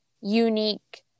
unique